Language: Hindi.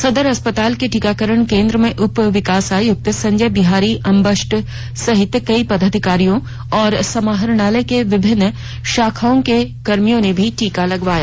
सदर अस्पताल के टीकाकरण केन्द्र में उप विकास आयक्त संजय बिहारी अम्बष्ट सहित कई पदाधिकारियों और समाहरणलय के विभिन्न शाखाओं के कर्मियों ने भी टीका लगवाया